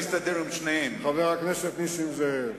חבר הכנסת נסים זאב,